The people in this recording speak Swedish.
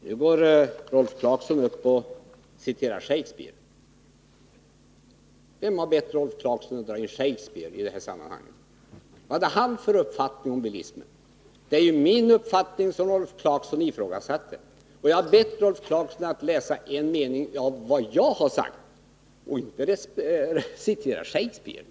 Nu går Rolf Clarkson upp och citerar Shakespeare. Vem har bett Rolf Clarkson att dra in Shakespeare i det här sammanhanget? Vad hade han för uppfattning om bilismen? Det är ju min uppfattning som Rolf Clarkson har ifrågasatt, och jag har bett honom att läsa en mening av vad jag har sagt, inte att citera Shakespeare.